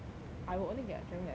I will only get a driving license